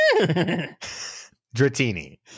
Dratini